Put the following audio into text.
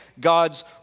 God's